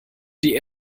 die